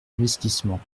investissements